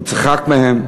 הוא צחק מהם,